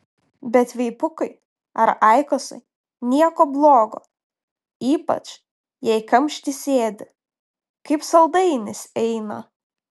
bet veipukai ar aikosai nieko blogo ypač jei kamšty sėdi kaip saldainis eina